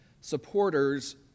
Supporters